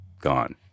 gone